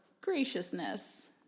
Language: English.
graciousness